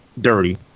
dirty